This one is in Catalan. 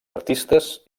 artistes